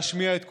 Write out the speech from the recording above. להשמיע את קולם,